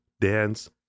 dance